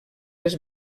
les